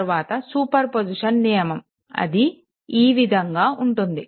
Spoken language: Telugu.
తరువాత సూపర్ పొజిషన్ నియమము అది ఈ విధంగా ఉంటుంది